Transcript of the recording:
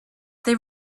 they